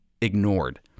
ignored